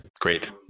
Great